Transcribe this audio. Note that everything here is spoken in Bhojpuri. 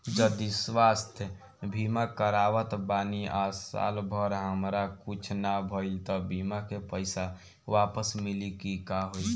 जदि स्वास्थ्य बीमा करावत बानी आ साल भर हमरा कुछ ना भइल त बीमा के पईसा वापस मिली की का होई?